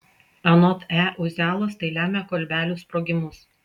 anot e uzialos tai lemia kolbelių sprogimus